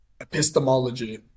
epistemology